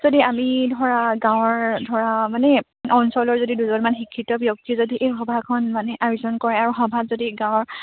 যদি আমি ধৰা গাঁৱৰ ধৰা মানে অঞ্চলৰ যদি দুজনমান শিক্ষিত ব্যক্তি যদি এই সভাখন মানে আয়োজন কৰে আৰু সভাত যদি গাঁৱৰ